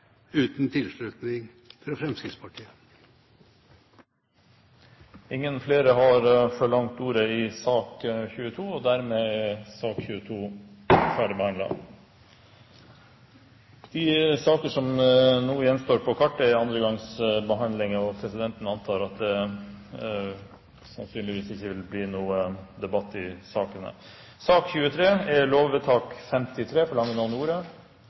uten tilslutning fra Fremskrittspartiet. Flere har ikke bedt om ordet til sak nr. 22. De sakene som nå gjenstår på kartet, er andre gangs lovbehandling, og presidenten antar at det sannsynligvis ikke vil bli noen debatt i sakene. Ingen har bedt om ordet.